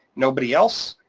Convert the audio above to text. nobody else,